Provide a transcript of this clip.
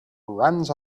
runs